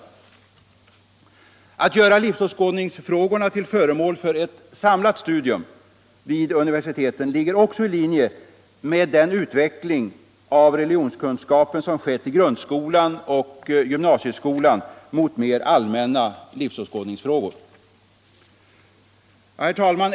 Att göra livsåskådningsfrågorna till föremål för ett samlat studium vid universiteten ligger också i linje med den utveckling av religions Herr talman!